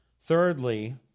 Thirdly